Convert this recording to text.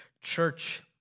church